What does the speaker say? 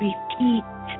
Repeat